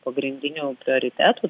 pagrindinių prioritetų